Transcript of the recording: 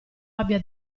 abbia